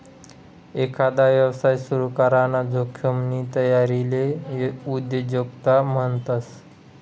एकांदा यवसाय सुरू कराना जोखिमनी तयारीले उद्योजकता म्हणतस